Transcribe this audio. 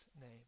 name